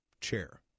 chair